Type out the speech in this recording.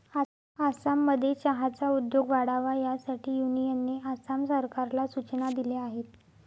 आसाममध्ये चहाचा उद्योग वाढावा यासाठी युनियनने आसाम सरकारला सूचना दिल्या आहेत